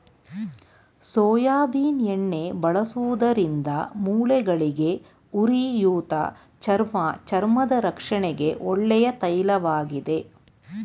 soybean ಎಣ್ಣೆ ಬಳಸುವುದರಿಂದ ಮೂಳೆಗಳಿಗೆ, ಉರಿಯೂತ, ಚರ್ಮ ಚರ್ಮದ ರಕ್ಷಣೆಗೆ ಒಳ್ಳೆಯ ತೈಲವಾಗಿದೆ